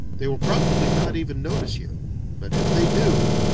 they will probably not even notice you but if they do,